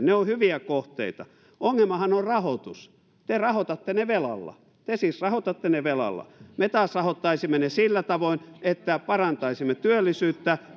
ne ovat hyviä kohteita ongelmahan on rahoitus te rahoitatte ne velalla te siis rahoitatte ne velalla me taas rahoittaisimme ne sillä tavoin että parantaisimme työllisyyttä